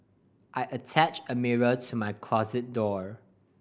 I attach a mirror to my closet door